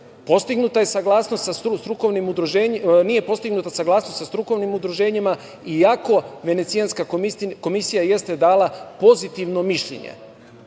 postignuta je saglasnost sa strukovnim udruženjima, iako Venecijanska komisija jeste dala pozitivno mišljenje